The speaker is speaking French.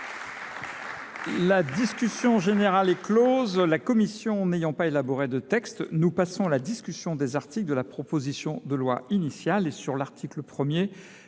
La discussion générale est close. La commission n’ayant pas élaboré de texte, nous passons à la discussion des articles de la proposition de loi initiale. La parole est